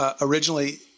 originally